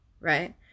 right